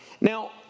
Now